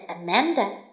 Amanda